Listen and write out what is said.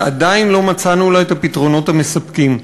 שעדיין לא מצאנו לה את הפתרונות המספקים.